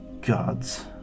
Gods